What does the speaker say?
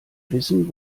wissen